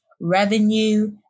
revenue